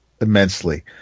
immensely